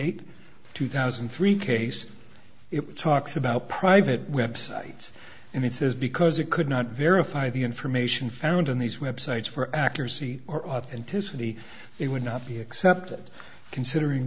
eight two thousand and three case it talks about private websites and it is because it could not verify the information found on these websites for accuracy or authenticity it would not be accepted considering